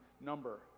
number